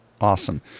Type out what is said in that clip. Awesome